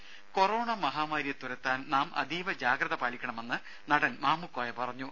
ദേദ കൊറോണ മഹാമാരിയെ തുരത്താൻ നാം അതീവ ജാഗ്രത പാലിക്കണമെന്ന് നടൻ മാമുക്കോയ പറഞ്ഞു